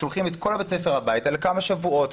שולחים את כל בית הספר הביתה לכמה שבועות.